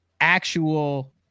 actual